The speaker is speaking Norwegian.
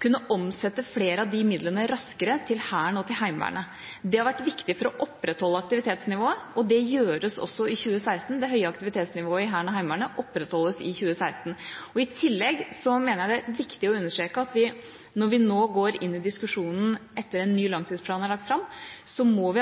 kunne omsette flere av de midlene raskere til Hæren og til Heimevernet. Det har vært viktig for å opprettholde aktivitetsnivået, og det gjøres også i 2016; det høye aktivitetsnivået i Hæren og Heimevernet opprettholdes i 2016. I tillegg mener jeg det er viktig å understreke at vi, når vi nå går inn i diskusjonen etter at en ny langtidsplan er lagt fram, må